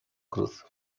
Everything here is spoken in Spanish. cruz